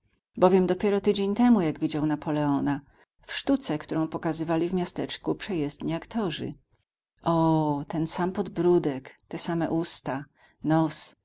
bowiem dopiero tydzień temu jak widział napoleona w sztuce którą pokazywali w miasteczku przejezdni aktorzy o ten sam podbródek te same usta nos